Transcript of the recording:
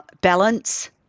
Balance